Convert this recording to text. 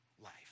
life